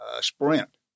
sprint